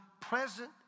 present